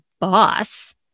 boss